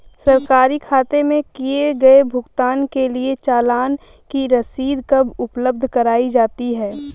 सरकारी खाते में किए गए भुगतान के लिए चालान की रसीद कब उपलब्ध कराईं जाती हैं?